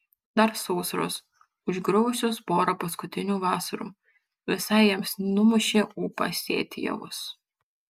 dar sausros užgriuvusios porą paskutinių vasarų visai jiems numušė ūpą sėti javus